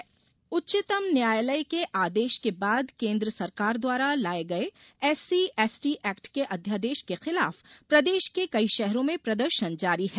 SC ST act उच्चतम न्यायालय के आदेश के बाद केन्द्र सरकार द्वारा लाये गये एससीएसटी एक्ट के अध्यादेश के खिलाफ प्रदेश के कई शहरों में प्रदर्शन जारी है